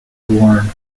worn